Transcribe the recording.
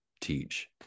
teach